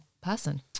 person